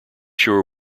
sure